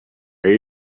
are